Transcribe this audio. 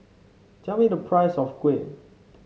tell me the price of kuih